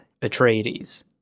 Atreides